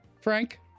Frank